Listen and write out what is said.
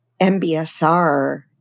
MBSR